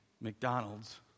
McDonald's